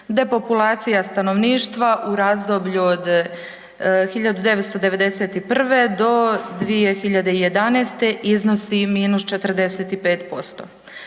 Depopulacija stanovništva u razdoblju od 1991. do 2011. iznosi -45%.